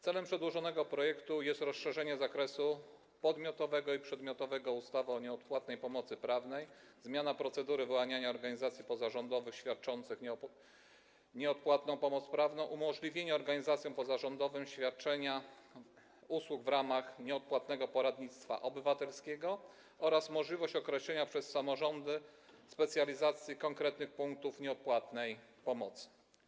Celem przedłożonego projektu jest rozszerzenie zakresu podmiotowego i przedmiotowego ustawy o nieodpłatnej pomocy prawnej, zmiana procedury wyłaniania organizacji pozarządowych świadczących nieodpłatną pomoc prawną, umożliwienie organizacjom pozarządowym świadczenia usług w ramach nieodpłatnego poradnictwa obywatelskiego oraz wprowadzenie możliwości określania przez samorządy specjalizacji konkretnych punktów nieodpłatnej pomocy.